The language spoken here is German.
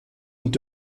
und